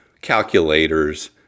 calculators